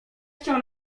chciał